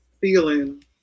feeling